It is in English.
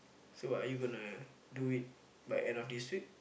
so what are you gonna do it by end of this week